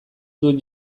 dut